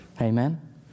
Amen